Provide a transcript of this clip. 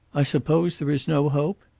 i suppose there is no hope?